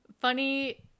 Funny